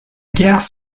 gare